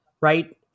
right